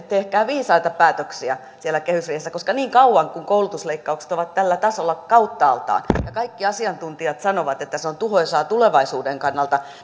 tehkää viisaita päätöksiä siellä kehysriihessä koska niin kauan kuin koulutusleikkaukset ovat tällä tasolla kauttaaltaan ja kaikki asiantuntijat sanovat että on tuhoisaa tulevaisuuden kannalta